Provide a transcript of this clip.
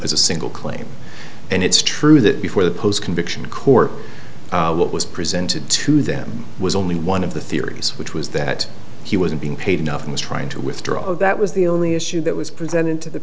as a single claim and it's true that before the post conviction core what was presented to them was only one of the theories which was that he wasn't being paid enough and was trying to withdraw that was the only issue that was presented to the